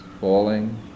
falling